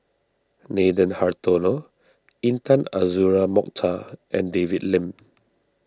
Nathan Hartono Intan Azura Mokhtar and David Lim